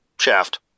shaft